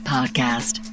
Podcast